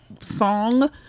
song